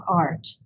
art